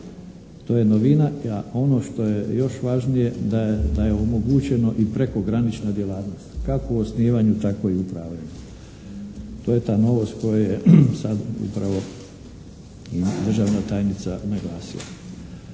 To je novina, a ono što je još važnije da je omogućeno i prekogranična djelatnost kako u osnivanju, tako i u upravljanju. To je ta novost koju je sad upravo državna tajnica naglasila.